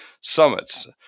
summits